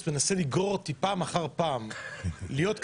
מי בעד?